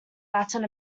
latin